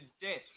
death